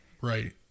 right